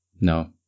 No